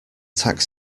tax